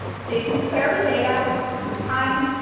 so you can query data through times,